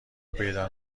پیدا